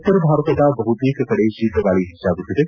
ಉತ್ತರ ಭಾರತದ ಬಹುತೇಕ ಕಡೆ ಶೀತಗಾಳಿ ಹೆಚ್ಚಾಗುತ್ತಿದೆ